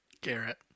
Garrett